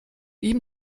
ihm